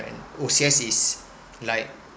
O_C_S is like